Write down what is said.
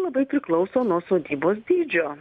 labai priklauso nuo sodybos dydžio